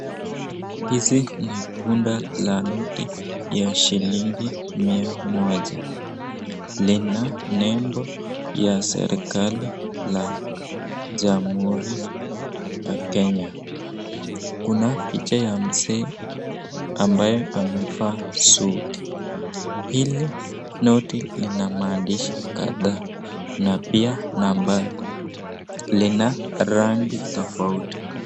Hizi ni bunda za noti ya shilingi mia moja, lina nembo ya serikali la jamhuri ya Kenya. Kuna picha ya mzee ambaye amevaa suti. Hili noti lina maandishi kadhaa na pia nambari tofauti.